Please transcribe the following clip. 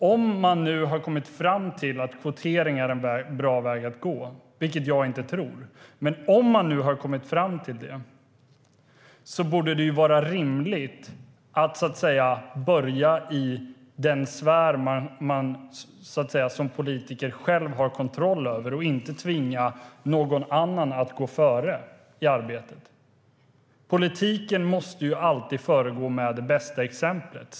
Om man nu har kommit fram till att kvotering är en bra väg att gå, vilket jag inte tror, borde det vara rimligt att börja i den sfär man som politiker själv har kontroll över och inte tvinga någon annan att gå före i arbetet. Politiken måste alltid föregå med det bästa exemplet.